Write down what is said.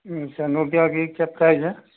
अच्छा नोकिया की क्या प्राइस है